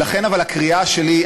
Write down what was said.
אבל הקריאה שלי,